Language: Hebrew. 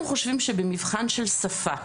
אנחנו חושבים שבמבחן של שפה,